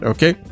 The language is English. Okay